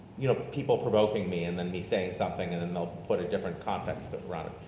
you know, but people provoking me and then me saying something and then they'll put a different context around it.